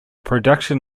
production